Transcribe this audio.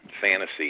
fantasy